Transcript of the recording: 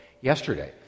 yesterday